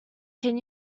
can